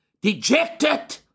dejected